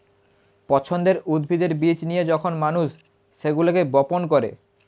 পছন্দের উদ্ভিদের বীজ নিয়ে যখন মানুষ সেগুলোকে বপন করে